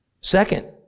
Second